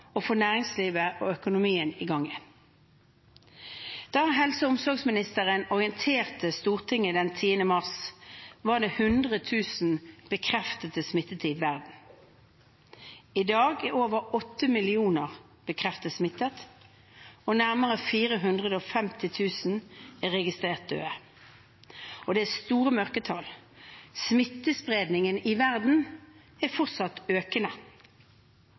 og få næringslivet og økonomien i gang igjen. Da helse- og omsorgsministeren orienterte Stortinget den 10. mars, var det 100 000 bekreftet smittede i verden. I dag er over 8 millioner bekreftet smittet, og nærmere 450 000 er registrert døde. Det er store mørketall, og smittespredningen i verden er fortsatt økende.